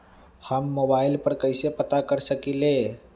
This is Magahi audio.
हम मोबाइल पर कईसे पता कर सकींले?